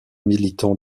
militants